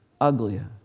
uglier